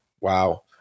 Wow